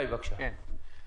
איתי, בבקשה.